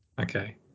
Okay